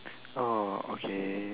orh okay